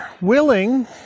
willing